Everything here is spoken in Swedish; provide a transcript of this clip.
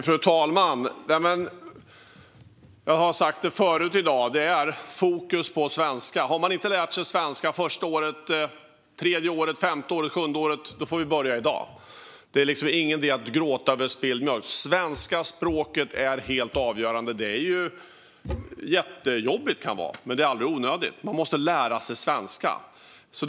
Fru talman! Jag har sagt det förut i dag: Det handlar om fokus på svenska. Har man inte lärt sig svenska första året, tredje året, femte året eller sjunde året får vi börja i dag. Det är ingen idé att gråta över spilld mjölk. Svenska språket är helt avgörande. Det kan vara jättejobbigt, men det är aldrig onödigt. Man måste lära sig svenska.